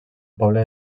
poble